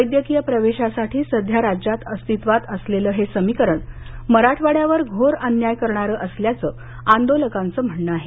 वैद्यकीय प्रवेशासाठी सध्या राज्यात अस्तित्वात असलेलं हे समीकरण मराठवाड्यावर घोर अन्याय करणारं असल्याचं आंदोलकांचं म्हणणं आहे